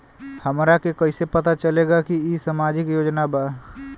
हमरा के कइसे पता चलेगा की इ सामाजिक योजना बा?